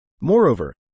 moreover